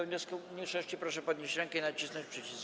wniosku mniejszości, proszę podnieść rękę i nacisnąć przycisk.